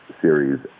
series